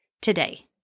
today